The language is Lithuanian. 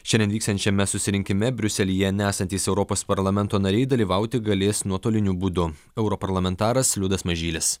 šiandien vyksiančiame susirinkime briuselyje nesantys europos parlamento nariai dalyvauti galės nuotoliniu būdu europarlamentaras liudas mažylis